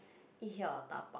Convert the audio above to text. eat here or dabao